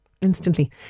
instantly